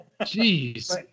Jeez